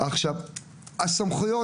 הסמכויות